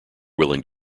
willing